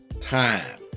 time